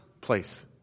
place